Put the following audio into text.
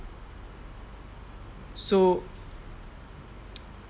so